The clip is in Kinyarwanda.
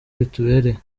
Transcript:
bitubereye